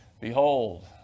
Behold